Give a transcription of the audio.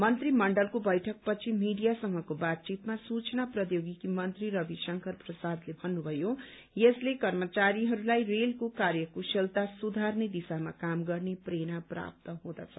मन्त्रीमण्डलको बैठक पछि मीडियासँग बातचितमा सूचना प्रोबोगिकी मन्त्री रविशंकर प्रसादले भन्नुभयो यसले कर्मचारीहरूलाई रेलको कार्यकुशलता सुधारने दिशामा काम गर्ने प्रेरणा प्राप्त हुनेछ